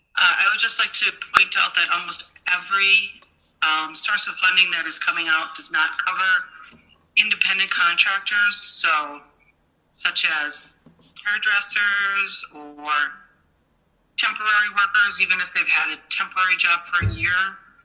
i would just like to point out that almost every source of funding that is coming out does not cover independent contractors, so such as hairdressers or temporary workers, even if they've had a temporary job for a year.